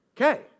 Okay